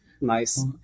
Nice